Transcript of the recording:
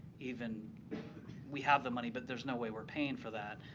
even we have the money but there's no way we're paying for that.